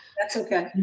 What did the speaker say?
that's okay.